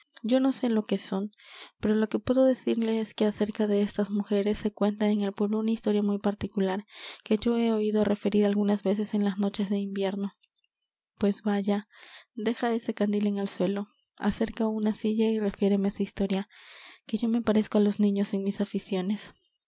yo no sé lo que son pero lo que puedo decirle es que acerca de estas mujeres se cuenta en el pueblo una historia muy particular que yo he oído referir algunas veces en las noches de invierno pues vaya deja ese candil en el suelo acerca una silla y refiéreme esa historia que yo me parezco á los niños en mis aficiones